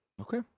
Okay